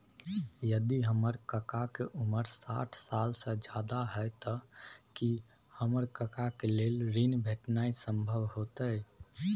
यदि हमर काका के उमर साठ साल से ज्यादा हय त की हमर काका के लेल ऋण भेटनाय संभव होतय?